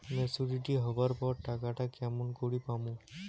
Maturity হবার পর টাকাটা কেমন করি পামু?